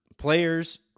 Players